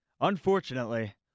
unfortunately